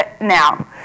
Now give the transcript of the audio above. now